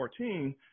2014